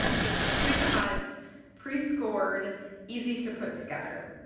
it's pre-cut pre-scored easy to put together.